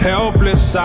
Helpless